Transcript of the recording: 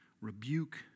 rebuke